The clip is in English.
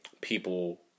people